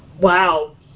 Wow